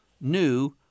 new